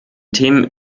themen